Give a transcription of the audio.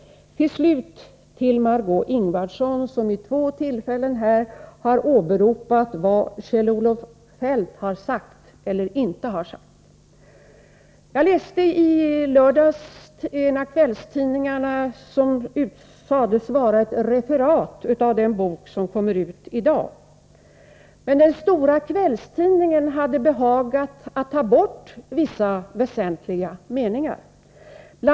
Till slut vill jag vända mig till Margö Ingvardsson, som vid två tillfällen här har åberopat vad Kjell-Olof Feldt har sagt eller inte har sagt. Jag läste i lördags i en av kvällstidningarna något som sades vara ett referat av den bok som kommer ut i dag. Men den stora kvällstidningen hade behagat att ta bort vissa väsentliga meningar.